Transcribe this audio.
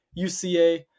UCA